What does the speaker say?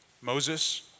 Moses